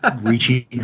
reaching